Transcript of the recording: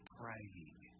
praying